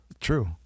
True